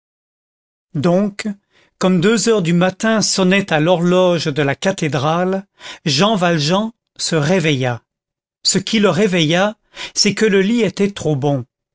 donc comme deux heures du matin sonnaient à l'horloge de la cathédrale jean valjean se réveilla ce qui le réveilla c'est que le lit était trop bon